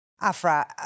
Afra